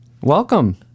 welcome